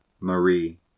Marie